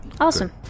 Awesome